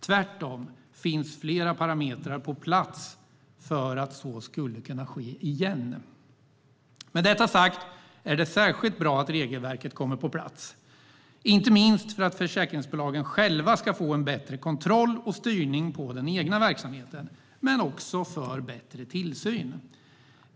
Tvärtom finns flera parametrar på plats för att så skulle kunna ske igen. Med detta sagt är det särskilt bra att regelverket kommer på plats, inte minst för att försäkringsbolagen själva ska få en bättre kontroll och styrning på den egna verksamheten. Även tillsynen förbättras.